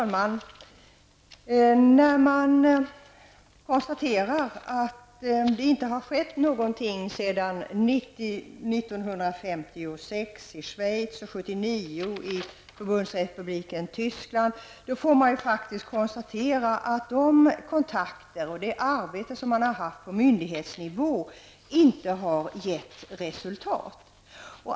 Fru talman! När man nu ser att det inte har skett någonting sedan 1956 i Schweiz och 1979 i Förbundsrepubliken Tyskland får man faktiskt konstatera att det arbete och de kontakter som man har haft på myndighetsnivå inte har gett resultat.